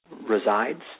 resides